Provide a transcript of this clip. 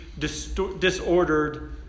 disordered